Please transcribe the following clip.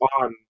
on